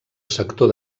sector